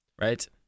Right